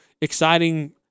exciting